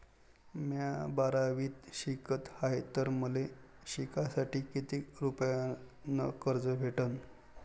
म्या बारावीत शिकत हाय तर मले शिकासाठी किती रुपयान कर्ज भेटन?